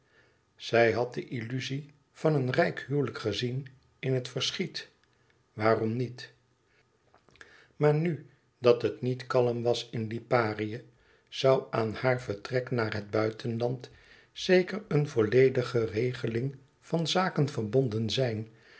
zij had de illuzie van een rijk huwelijk gezien in het verschiet waarom niet maar nu dat het niet kalm was in liparië zoû aan haar vertrek naar het buitenland zeker een volledige regeling van zaken verbonden zijn